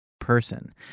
person